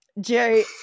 Jerry